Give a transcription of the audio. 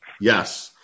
Yes